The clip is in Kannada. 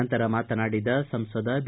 ನಂತರ ಮಾತನಾಡಿದ ಸಂಸದ ಬಿ